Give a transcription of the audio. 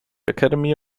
academy